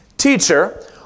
Teacher